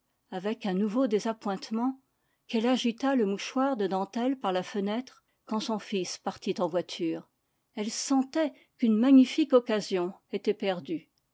avec un nouveau désappointement qu'elle agita le mouchoir de dentelle par la fenêtre quand son fils partit en voiture elle sentait qu'une magnifique occasion était perdue